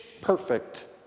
perfect